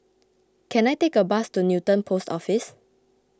can I take a bus to Newton Post Office